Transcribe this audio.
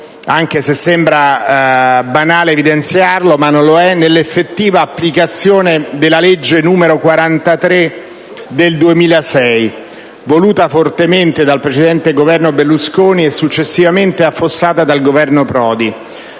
(sembra banale evidenziarlo, ma non lo è), nell'effettiva applicazione della legge n. 43 del 2006, voluta fortemente dal precedente Governo Berlusconi e successivamente «affossata» dal Governo Prodi,